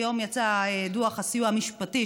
היום יצא דוח של הסיוע המשפטי,